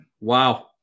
Wow